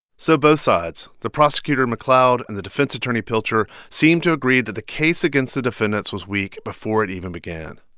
so both sides the prosecutor mcleod and the defense attorney pilcher seemed to agree that the case against the defendants was weak before it even began.